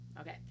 Okay